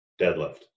deadlift